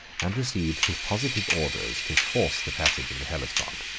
and received his positive orders to force the passage of the hellespont,